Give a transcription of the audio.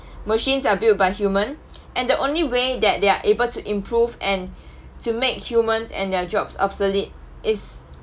machines are built by human and the only way that they're able to improve and to make humans and their jobs obsolete is